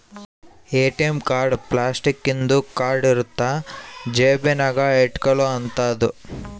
ATM card plastic ಇಂದು card ಇರುತ್ತ ಜೇಬ ನಾಗ ಇಟ್ಕೊಲೊ ಅಂತದು